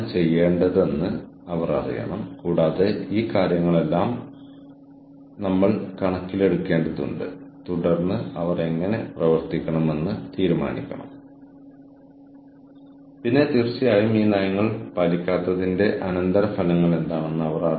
വ്യത്യസ്ത സർവ്വകലാശാലകളിലെ വ്യത്യസ്ത വ്യക്തികൾ വന്ന് അവരുടെ വ്യക്തിഗത ഐഡന്റിറ്റി നിലനിർത്തിക്കൊണ്ട് ഈ ശൃംഖലയിലേക്ക് സംഭാവന നൽകാൻ തുടങ്ങുന്ന ഒരു സാഹചര്യത്തിലേക്ക് ഒരുപക്ഷേ നമ്മൾ നീട്ടും അത് വളരെ നന്നായിരിക്കുമെന്ന് നിങ്ങൾക്കറിയാം